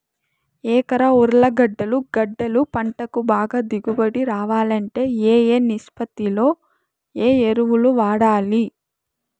ఎకరా ఉర్లగడ్డలు గడ్డలు పంటకు బాగా దిగుబడి రావాలంటే ఏ ఏ నిష్పత్తిలో ఏ ఎరువులు వాడాలి?